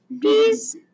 please